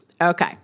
Okay